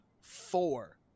four